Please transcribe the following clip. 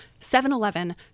7-Eleven